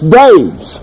days